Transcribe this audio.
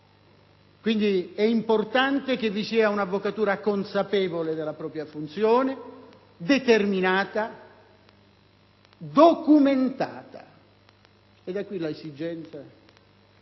È importante, dunque, che vi sia un'avvocatura consapevole della propria funzione, determinata e documentata.